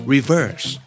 Reverse